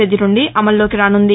తేదీ నంది అమల్లోకి రానుంది